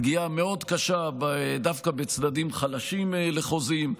פגיעה מאוד קשה דווקא בצדדים חלשים לחוזים,